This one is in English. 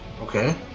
Okay